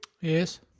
Yes